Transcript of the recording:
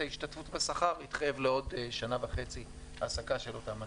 ההשתתפות בשכר יתחייב לעוד שנה וחצי העסקה של אותם אנשים.